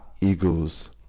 Eagles